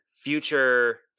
future